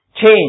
Change